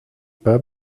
pas